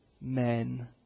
men